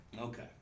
Okay